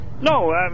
no